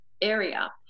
area